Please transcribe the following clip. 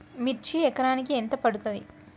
మిర్చి ఎకరానికి ఎంత పండుతది?